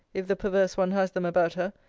if the perverse one has them about her,